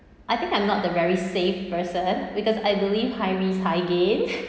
I think I'm not the very safe person because I believe high risk high gain